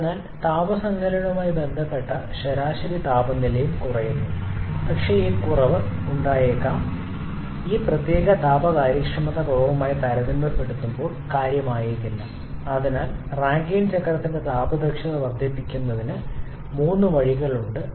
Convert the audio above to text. അതിനാൽ താപ സങ്കലനവുമായി ബന്ധപ്പെട്ട ശരാശരി താപനിലയും കുറയുന്നു പക്ഷേ ഈ കുറവ് ഉണ്ടായേക്കാം ഈ പ്രത്യേക താപ കാര്യക്ഷമത കുറവുമായി താരതമ്യപ്പെടുത്തുമ്പോൾ കാര്യമായേക്കില്ല അതിനാൽ റാങ്കൈൻ ചക്രത്തിന്റെ താപ ദക്ഷത വർദ്ധിപ്പിക്കുന്നതിന് മൂന്ന് വഴികളുണ്ട്